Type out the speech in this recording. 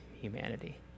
humanity